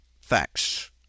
facts